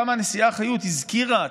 כמה הנשיאה חיות הזכירה,